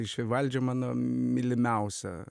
iš vivaldžio mano mylimiausia